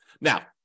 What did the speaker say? Now